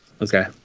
Okay